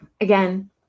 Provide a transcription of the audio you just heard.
Again